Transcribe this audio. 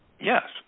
Yes